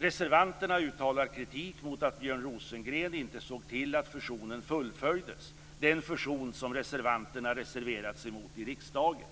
Reservanterna uttalar kritik mot att Björn Rosengren inte såg till att fusionen fullföljdes, den fusion som reservanterna reserverat sig mot i riksdagen.